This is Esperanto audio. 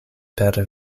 per